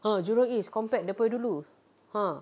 ah jurong east compared daripada dulu ha